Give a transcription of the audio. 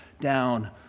down